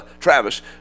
Travis